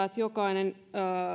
että jokainen